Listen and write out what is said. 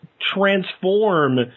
transform